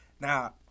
now